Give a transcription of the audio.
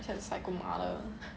try to psycho mother